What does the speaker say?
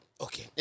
Okay